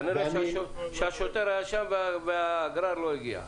כנראה שהשוטר היה שם והגרר לא הגיע.